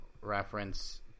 reference